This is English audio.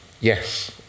Yes